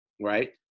right